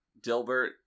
Dilbert